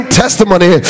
testimony